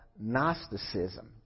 Gnosticism